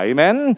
Amen